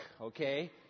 okay